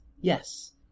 yes